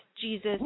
Jesus